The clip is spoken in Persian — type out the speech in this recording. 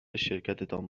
شرکتتان